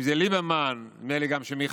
אם זה ליברמן, נדמה לי שגם מיכאלי,